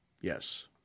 Yes